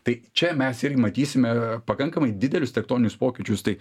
tai čia mes irgi matysime pakankamai didelius tektoninius pokyčius tai